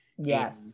Yes